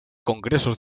congresos